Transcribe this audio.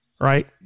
right